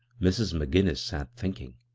mrs. mcginnis sat thinking.